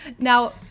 Now